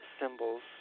symbols